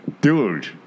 Dude